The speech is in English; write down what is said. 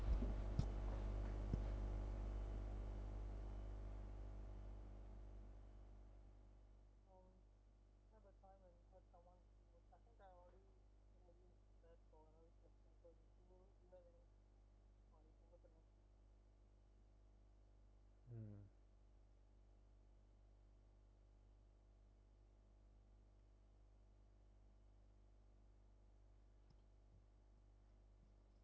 hmm